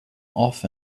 off